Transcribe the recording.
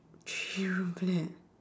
three room flat